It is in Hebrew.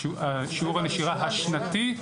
זה ששיעור הנשירה השנתי,